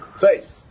face